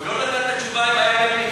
עוד לא נתת תשובה אם היה בית-מקדש.